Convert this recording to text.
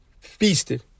feasted